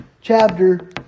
chapter